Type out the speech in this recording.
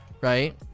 right